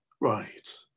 right